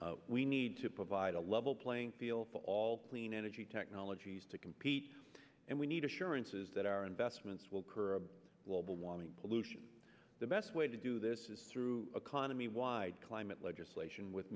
economy we need to provide a level playing field for all clean energy technologies to compete and we need assurances that our investments will curb global warming pollution the best way to do this is through economy wide climate legislation with